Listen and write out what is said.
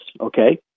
Okay